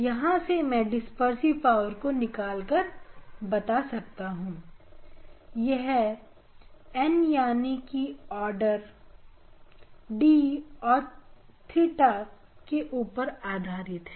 यहां से मैं डिस्पर्सिव पावर को निकाल कर बता सकता हूं और यह n यानी कि ऑर्डर d और 𝜽 के ऊपर आधारित है